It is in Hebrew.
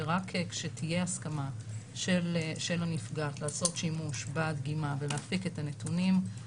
ורק כשתהיה הסכמה של הנפגעת לעשות שימוש בדגימה ולהפיק את הנתונים,